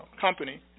company